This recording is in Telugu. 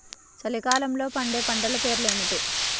చలికాలంలో పండే పంటల పేర్లు ఏమిటీ?